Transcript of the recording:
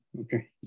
Okay